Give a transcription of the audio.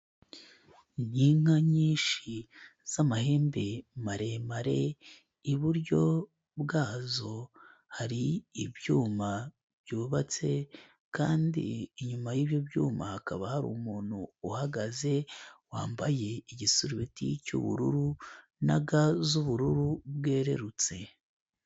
Ni inka nyinshi z'amahembe maremare, iburyo bwazo hari ibyuma byubatse kandi inyuma y'ibyo byuma hakaba hari umuntu uhagaze, wambaye igisurubeti cy'ubururu na ga z'ubururu bwererutse.